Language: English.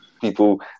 People